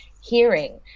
hearing